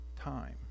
time